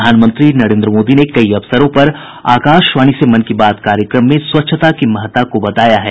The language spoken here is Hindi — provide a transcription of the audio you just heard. प्रधानमंत्री नरेन्द्र मोदी ने कई अवसरों पर आकाशवाणी से मन की बात कार्यक्रम में स्वच्छता की महत्ता को बताया है